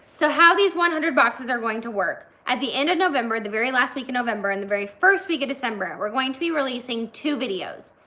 so how these one hundred boxes are going to work. at the end of november, the very last week of november and the very first week of december, we're going to be releasing two videos.